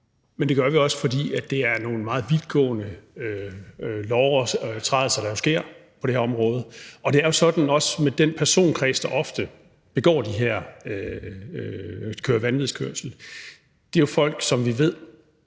men det gør vi jo, fordi det er nogle meget vidtgående lovovertrædelser, der sker, på det her område. Og det er jo også sådan med den personkreds, der ofte kører vanvidskørsel, at det er folk, som vi ved